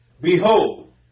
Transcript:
behold